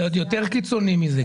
זה עוד יותר קיצוני מזה,